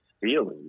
feeling